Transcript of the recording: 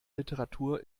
literatur